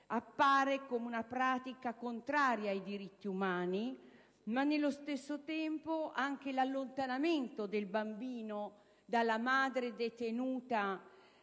infatti una pratica contraria ai diritti umani; nello stesso tempo, anche l'allontanamento del bambino dalla madre detenuta